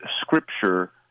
Scripture